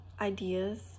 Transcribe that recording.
ideas